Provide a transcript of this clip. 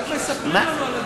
לא מספרים לנו על הדיון הזה.